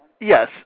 Yes